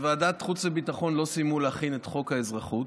בוועדת החוץ והביטחון לא סיימו להכין את חוק האזרחות,